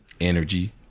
energy